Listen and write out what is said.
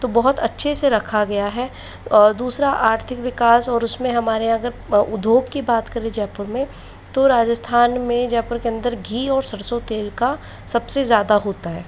तो बहुत अच्छे से रखा गया है दूसरा आर्थिक विकास और उसमे हमारे अगर उद्योग की बात करें जयपुर में तो राजस्थान में जयपुर के अंदर घी और सरसों तेल का सबसे ज़्यादा होता है